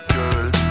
good